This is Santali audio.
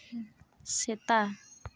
ᱥᱮᱛᱟ